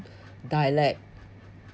dialect